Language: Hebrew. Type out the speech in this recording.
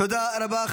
תודה רבה.